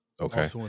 Okay